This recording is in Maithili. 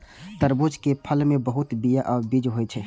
तरबूज के फल मे बहुत बीया या बीज होइ छै